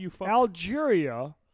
Algeria